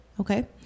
okay